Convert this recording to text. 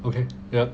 okay ya